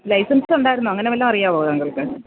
licence ഉണ്ടായിരുന്നോ അങ്ങനെ വല്ലതും അറിയാമായിരുന്നോ താങ്കള്ക്ക്